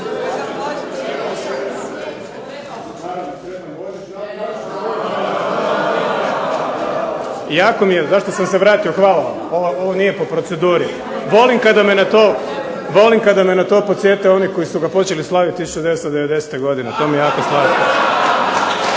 Jako mi je, zašto sam se vratio, hvala vam. Ovo nije po proceduri. Volim kada me na to podsjete oni koji su ga počeli slaviti 1990. godine, to mi je jako